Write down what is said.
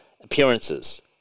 appearances